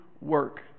work